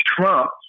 Trump